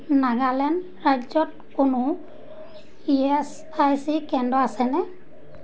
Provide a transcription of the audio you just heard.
নাগালেণ্ড ৰাজ্যত কোনো E S I C কেন্দ্ৰ আছেনে